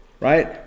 right